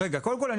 קודם כול,